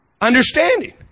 Understanding